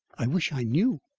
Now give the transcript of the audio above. i wish i knew.